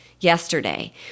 yesterday